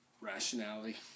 rationality